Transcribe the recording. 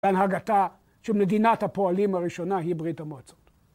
‫בהנהגתה שמדינת הפועלים הראשונה ‫היא ברית המועצות.